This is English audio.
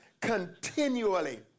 continually